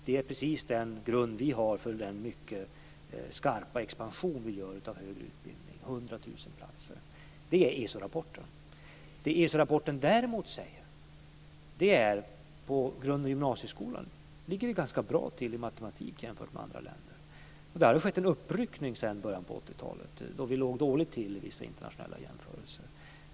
Det är precis den grund vi har för den mycket skarpa expansion vi gör av högre utbildning, 100 000 platser. Det är vad ESO-rapporten innebär. Det ESO-rapporten däremot säger är att vi ligger granska bra till på grund och gymnasieskolan i matematik jämfört med andra länder. Där har skett en uppryckning sedan början på 80-talet, då vi låg dåligt till i vissa internationella jämförelser.